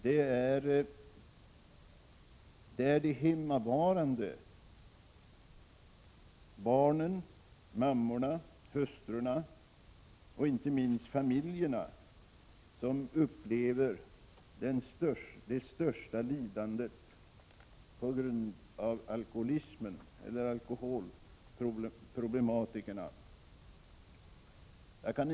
Det är de hemmavarande — familjerna, barnen, mammorna, hustrurna — som drabbas av det största lidandet på grund av alkoholproblematikerna.